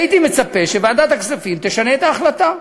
הייתי מצפה שוועדת הכספים תשנה את ההחלטה,